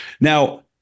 Now